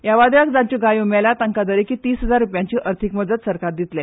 ह्या वादळाक जांच्यो गायो मेल्यो तांकां दरेकी तीस हजार रुपयांचो अर्थीक मजत सरकार दितले